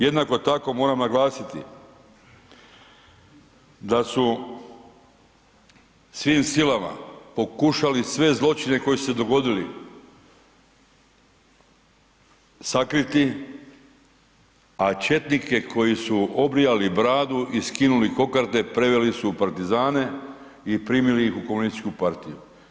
Jednako tako moram naglasiti da su svim silama pokušali sve zločine koji su se dogodili sakriti a četnike koji su obrijali bradu i skinuli kokarde preveli su u partizane i primili ih u komunističku partiju.